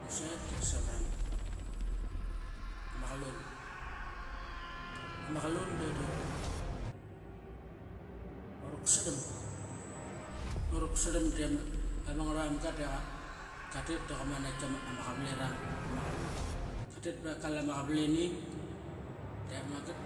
Ngu set de savarama ma qalun, ama qalun dedura rakusarlm urakusrlm, de ama ngarl mamga deqa qatit da qa nanait tama qavali rang pa ma qaval katit bekalama qavalini dep magat